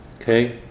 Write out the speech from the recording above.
Okay